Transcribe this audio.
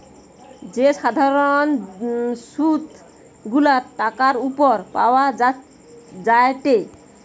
যে সাধারণ সুধ গুলা টাকার উপর পাওয়া যায়টে